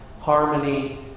Harmony